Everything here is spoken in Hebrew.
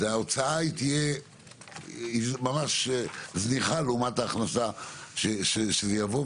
ההוצאה תהיה ממש זניחה לעומת ההכנסה שתבוא,